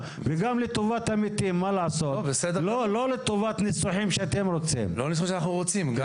אנחנו עשינו דיון